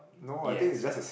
yes correct